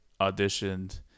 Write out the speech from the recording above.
auditioned